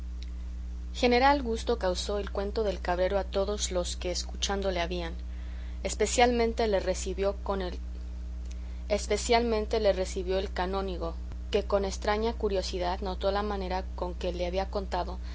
general gusto causó el cuento del cabrero a todos los que escuchado le habían especialmente le recibió el canónigo que con estraña curiosidad notó la manera con que le había contado